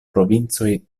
provincoj